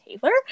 taylor